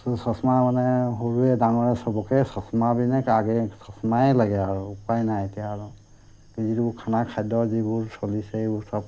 চচমা মানে সৰুৱে ডাঙৰে সবকে চচমা পিন্ধে আগে চচমাই লাগে আৰু উপায় নাই এতিয়া আৰু যিবোৰ খানা খাদ্য যিবোৰ চলিছে এইবোৰ সব